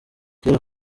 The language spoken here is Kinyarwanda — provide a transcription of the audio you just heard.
kera